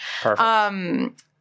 Perfect